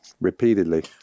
repeatedly